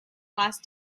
last